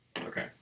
Okay